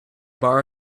borrow